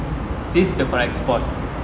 this is the correct spot